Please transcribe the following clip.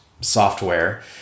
software